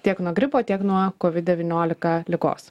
tiek nuo gripo tiek nuo kovid devyniolika ligos